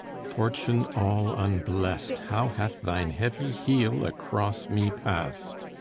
fortune all unblest, how hath thine heavy heel across me passed!